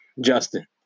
Justin